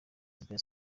arabie